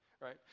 right